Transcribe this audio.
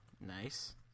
Nice